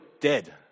dead